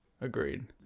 Agreed